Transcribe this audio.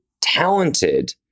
talented